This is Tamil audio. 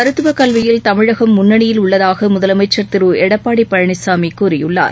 மருத்துவக் கல்வியில் தமிழகம் முன்னணியில் உள்ளதாக முதலமைச்சர் திரு எடப்பாடி பழனிசாமி கூறியுள்ளார்